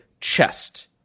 chest